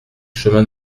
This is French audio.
chemin